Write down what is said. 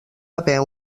haver